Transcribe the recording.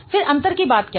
फिर अंतर की बात क्या है